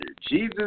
Jesus